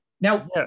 now